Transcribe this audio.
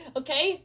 okay